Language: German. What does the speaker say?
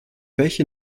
welche